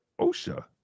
osha